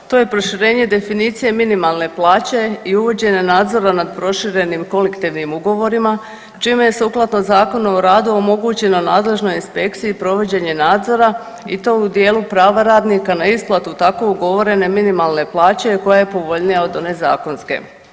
To je proširenje definicije minimalne plaće i uvođenje nadzora nad proširenim kolektivnim ugovorima čime je sukladno Zakonu o radu omogućeno nadležnoj inspekciji provođenje nadzora i to u dijelu prava radnika na isplatu tako ugovorene minimalne plaće koja je povoljnija od one zakonske.